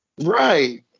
Right